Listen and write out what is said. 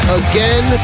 again